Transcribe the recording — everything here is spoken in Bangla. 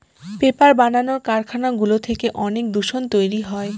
পেপার বানানোর কারখানাগুলো থেকে অনেক দূষণ তৈরী হয়